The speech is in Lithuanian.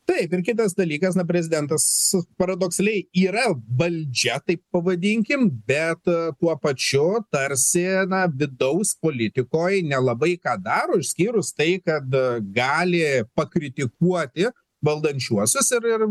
taip ir kitas dalykas na prezidentas paradoksaliai yra valdžia taip pavadinkim bet tuo pačiu tarsi na vidaus politikoj nelabai ką daro išskyrus tai kad gali pakritikuoti valdančiuosius ir ir